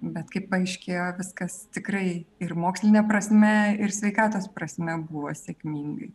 bet kaip paaiškėjo viskas tikrai ir moksline prasme ir sveikatos prasme buvo sėkmingai